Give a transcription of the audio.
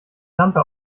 lampe